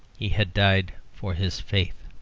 he had died for his faith.